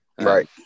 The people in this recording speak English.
right